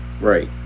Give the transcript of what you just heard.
Right